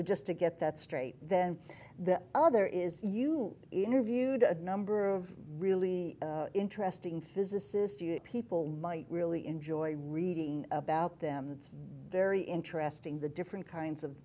just to get that straight then the other is you interviewed a number of really interesting physicists people might really enjoy reading about them it's very interesting the different kinds of